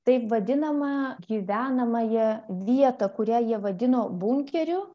taip vadinamą gyvenamąją vietą kurią jie vadino bunkeriu